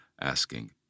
asking